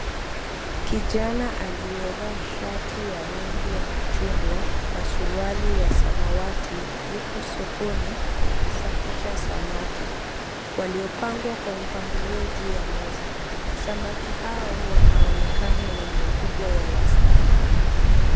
Kijana aliyevaa shati ya rangi ya machungwa na suruali ya samawati, yupo sokoni akisafisha samaki waliopangwa kwa mpangilioa juu ya meza. Samaki hao wanaonekana wenye ukubwa wa wastani.